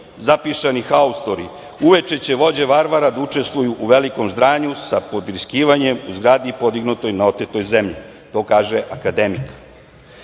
zapišani haustori. Uveče će vođe Varvara da učestvuju u velikom ždranju sa podvriskivanjem u zgadiji podignutoj na otetoj zemlji. To kaže akademik. Beogradski